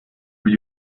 plus